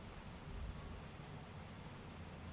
যে জমিতে চাষ ক্যরে উয়াকে ঠিক ক্যরে রাইখতে হ্যয়